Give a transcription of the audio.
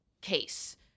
case